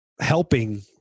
helping